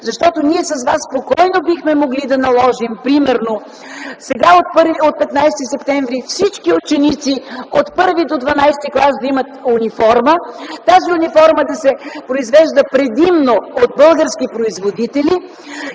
места. Ние с Вас спокойно бихме могли да наложим, примерно, сега от 15 септември всички ученици от 1 до 12 клас да имат униформа, тя да се произвежда предимно от български производители.